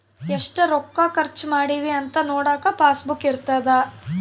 ಎಷ್ಟ ರೊಕ್ಕ ಖರ್ಚ ಮಾಡಿವಿ ಅಂತ ನೋಡಕ ಪಾಸ್ ಬುಕ್ ಇರ್ತದ